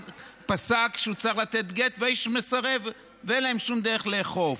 הוא פסק שצריך לתת גט והאיש מסרב ואין להם שום דרך לאכוף.